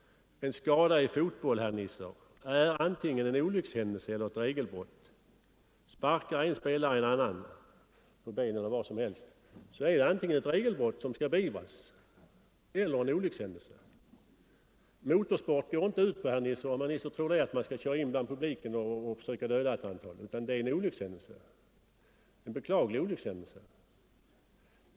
En skada i fotboll, herr Nisser, är antingen en olyckshändelse eller regelbrott. Sparkar en spelare en annan är det antingen ett regelbrott som skall beivras eller en olyckshändelse. Motorsport går inte ut på, om herr Nisser tror det, att man skall köra in bland publiken och försöka döda människor. Det är en beklaglig olyckshändelse.